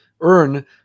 earn